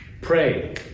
Pray